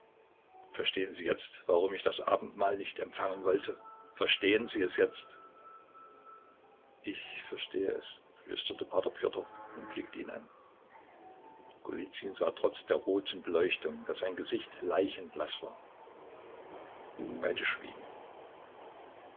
verstehen sie jetzt warum ich das abendmahl nicht empfangen wollte verstehen sie es jetzt ich verstehe es flüsterte p pjotr und blickte ihn an golizyn sah trotz der roten beleuchtung daß sein gesicht leichenblaß war beide schwiegen